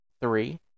three